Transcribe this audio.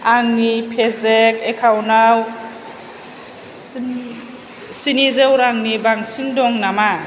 आंनि पेजेप एकाउन्टआव स्नि स्निजौ रांनि बांसिन दं नामा